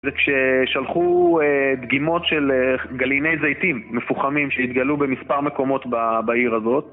זה כששלחו דגימות של גליני זיתים מפוחמים שהתגלו במספר מקומות בעיר הזאת